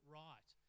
right